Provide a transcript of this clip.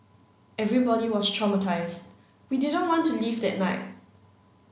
everybody was traumatised we didn't want to leave that night